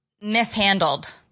mishandled